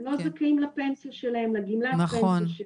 הם לא זכאים לפנסיה שלהם, לגמלה שלהם.